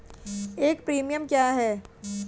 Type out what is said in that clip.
एक प्रीमियम क्या है?